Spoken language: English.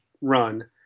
run